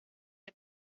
del